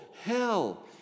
Hell